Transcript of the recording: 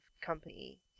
company